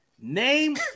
Name